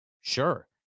Sure